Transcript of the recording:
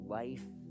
life